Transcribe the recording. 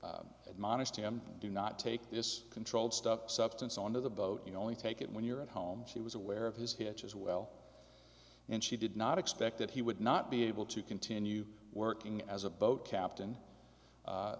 admonished him do not take this controlled stuff substance on the boat you know only take it when you're at home she was aware of his hitch as well and she did not expect that he would not be able to continue working as a boat captain